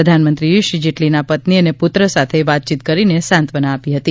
પ્રધાનમંત્રીએ શ્રી જેટલીના પત્ની અને પુત્ર સાથે વાતચીત કરીને સાંત્વના આપી હતી